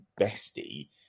bestie